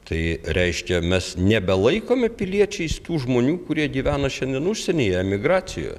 tai reiškia mes nebelaikome piliečiais tų žmonių kurie gyvena šiandien užsienyje emigracijo